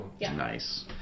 Nice